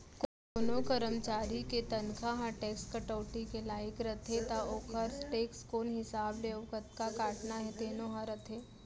कोनों करमचारी के तनखा ह टेक्स कटौती के लाइक रथे त ओकर टेक्स कोन हिसाब ले अउ कतका काटना हे तेनो ह रथे